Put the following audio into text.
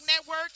network